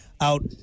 out